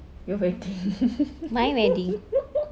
your wedding